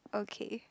okay